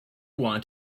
want